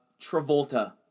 Travolta